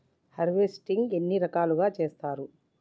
Harvesting ఎన్ని రకాలుగా చేస్తరు?